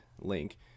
link